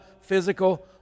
physical